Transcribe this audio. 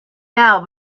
now